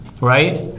right